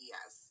Yes